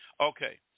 Okay